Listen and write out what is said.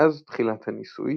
מאז תחילת הניסוי